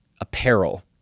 apparel